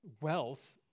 wealth